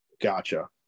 Gotcha